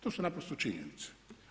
To su naprosto činjenice.